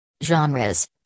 Genres